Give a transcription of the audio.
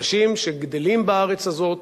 אנשים שגדלים בארץ הזאת,